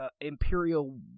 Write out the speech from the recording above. imperial